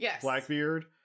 Blackbeard